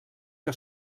que